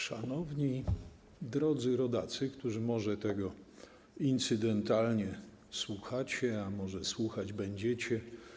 Szanowni, drodzy rodacy, którzy może tego incydentalnie słuchacie, a może słuchać będziecie!